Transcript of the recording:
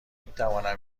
میتوانم